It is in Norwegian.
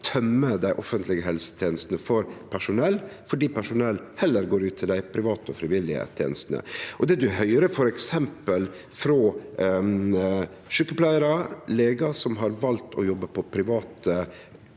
tømmer dei offentlege helsetenestene for personell, fordi personell heller går til dei private og frivillige tenestene. Det ein høyrer frå f.eks. sjukepleiarar og legar som har valt å jobbe på private